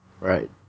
Right